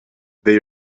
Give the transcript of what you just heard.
they